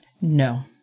No